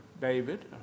David